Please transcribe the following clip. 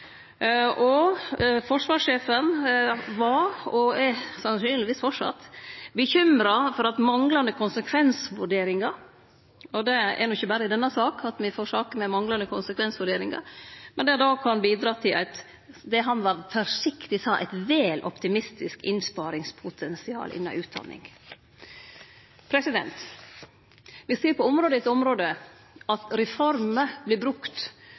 Forsvarssjefen var, og er sannsynlegvis framleis, bekymra for at manglande konsekvensvurderingar – og det er ikkje berre denne gongen me får ei sak med manglande konsekvensvurderingar – kan bidra til eit, forsiktig sagt, vel optimistisk innsparingspotensial innanfor utdanning. Vi ser på område etter område at